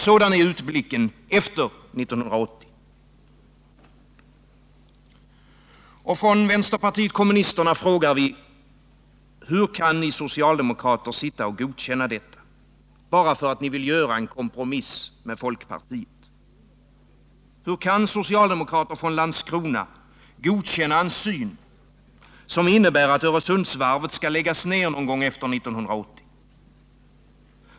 Sådan är utblicken efter 1980. Från vpk frågar vi: Hur kan ni socialdemokrater sitta och godkänna detta — bara för att ni vill göra en kompromiss med folkpartiet? Hur kan socialdemokrater från Landskrona godkänna en syn, som innebär att Öresundsvarvet skall läggas ner någon gång efter 1980?